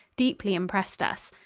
deeply impressed us.